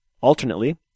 Alternately